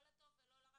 לא לטוב ולא לרע,